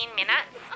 minutes